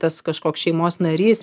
tas kažkoks šeimos narys